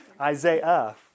Isaiah